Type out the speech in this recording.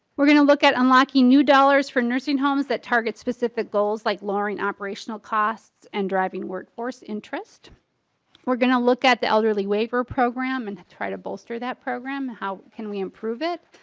we're going to look at unlocking new dollars for nursing homes that harm. it's specific goals like lauren operational costs and driving workforce interest we're going to look at the elderly waiver program and try to bolster that program how can we improve it.